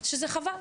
שזה חבל.